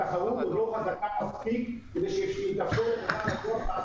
התחרות עוד לא חזקה מספיק כדי שיתאפשר לחברת הדואר לעשות כרצונה.